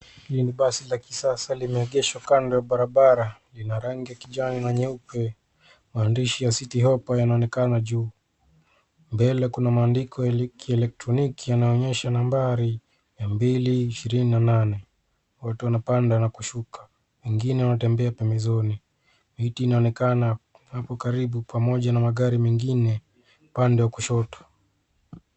Hili ni basi la kisasa limeegeshwa kando ya barabara. Lina rangi ya kijani na nyeupe. Maandishi ya Citihoppa yanaonekana juu. Mbele kuna maandiko ya kielektroniki yanaonyesha nambari ya mbili ishirini na nane. Watu wanapanda na kushuka. Wengine wanatembea pembezoni. Miti inaonekana hapo karibu pamoja na magari mengine pande ya kushoto.